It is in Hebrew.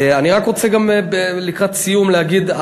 אני רק רוצה לקראת סיום להגיד,